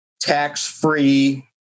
tax-free